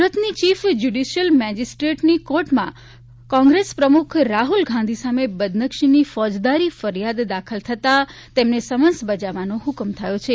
સુરતની chief judicial મેજીસ્ટ્રેટની કોર્ટમાં કોંગ્રેસ પ્રમુખ રાહુલ ગાંધી સામે બદનક્ષીની ફોજદારી ફરિયાદ દાખલ થતા તેમને સમન્સ બજાવવાનો હુકમ થયો છે